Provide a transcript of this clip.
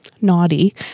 naughty